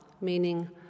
meaning